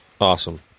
Awesome